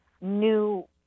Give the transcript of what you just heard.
new